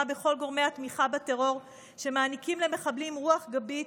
בכל גורמי התמיכה בטרור שמעניקים למחבלים רוח גבית,